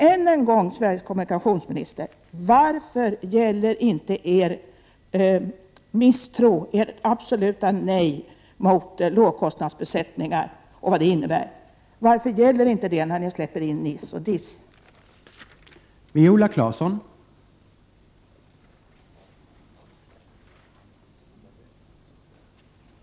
Än en gång, Sveriges kommunikationsminister: Varför gäller inte ert absoluta nej till lågkostnadsbesättningar, och allt vad det innebär, när ni släpper in NIS och DIS-fartyg?